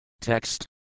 Text